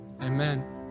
amen